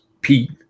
pete